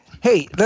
Hey